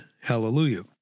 Hallelujah